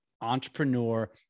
entrepreneur